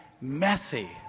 messy